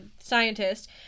scientist